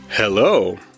Hello